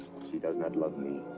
she does not love me.